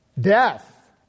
Death